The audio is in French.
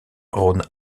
rhône